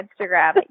Instagram